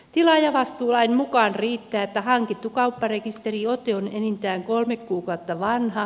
tilaajavastuulain mukaan riittää että hankittu kaupparekisteriote on enintään kolme kuukautta vanha